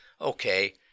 okay